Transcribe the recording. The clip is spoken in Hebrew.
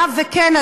היה וכן,